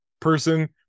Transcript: person